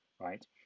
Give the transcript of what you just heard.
right